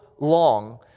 long